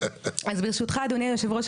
אז ברשותך אדוני יושב הראש,